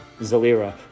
Zalira